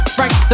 Frank